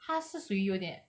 他是属于有一点